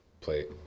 play